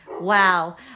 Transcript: Wow